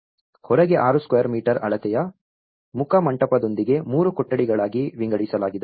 ಹೊರಗೆ 6 square metre ಅಳತೆಯ ಮುಖಮಂಟಪದೊಂದಿಗೆ 3 ಕೊಠಡಿಗಳಾಗಿ ವಿಂಗಡಿಸಲಾಗಿದೆ